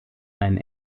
einen